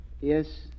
Yes